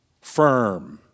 firm